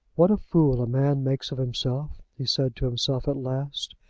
what a fool a man makes of himself, he said to himself at last,